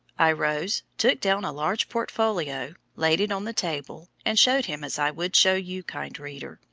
i rose, took down a large portfolio, laid it on the table, and showed him as i would show you, kind reader,